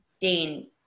Dane